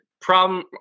problem